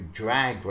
drag